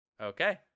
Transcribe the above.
Okay